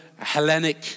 Hellenic